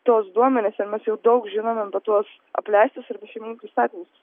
tuos duomenis ir mes jau daug žinome apie tuos apleistus ir bešeimininkius statinius